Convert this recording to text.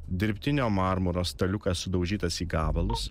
dirbtinio marmuro staliukas sudaužytas į gabalus